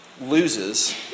loses